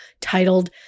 titled